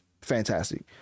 fantastic